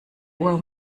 uhr